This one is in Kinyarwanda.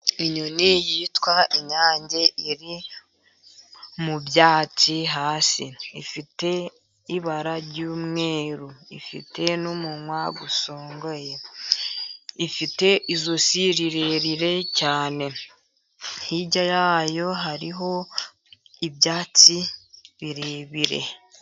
Inyoni yitwa inyange iri mu byatsi hasi, ifite ibara ry'umweru, ifite n'umunwa usongoye, ifite ijosi rirerire cyane, hirya yayo hariho ibyatsi birebire.